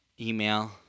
email